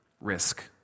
risk